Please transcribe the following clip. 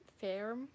fair